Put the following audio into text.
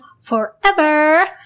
forever